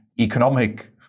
economic